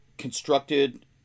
constructed